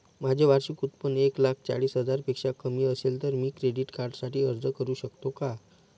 माझे वार्षिक उत्त्पन्न एक लाख चाळीस हजार पेक्षा कमी असेल तर मी क्रेडिट कार्डसाठी अर्ज करु शकतो का?